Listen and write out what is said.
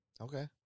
Okay